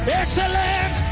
excellent